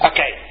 Okay